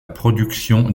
production